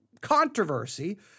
controversy